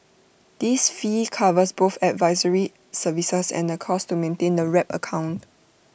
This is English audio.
this fee covers both advisory services and the costs to maintain the wrap account